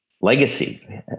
legacy